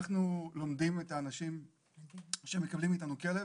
אנחנו לומדים את האנשים שמקבלים מאיתנו כלב,